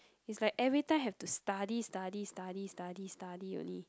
is like every time have to study study study study study only